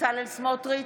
בצלאל סמוטריץ'